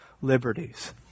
liberties